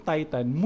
Titan